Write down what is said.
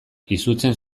izutzen